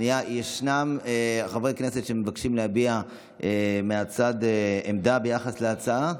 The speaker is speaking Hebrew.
ישנם חברי כנסת שמבקשים להביע מהצד עמדה ביחס להצעה,